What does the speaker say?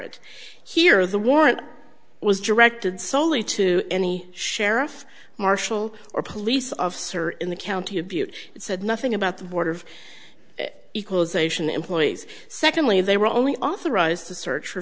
it here the warrant was directed solely to any sheriff marshal or police officer in the county of butte and said nothing about the board of equalization employees secondly they were only authorized to search for